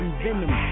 venom